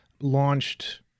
launched